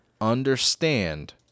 understand